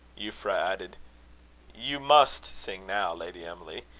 euphra added you must sing now, lady emily.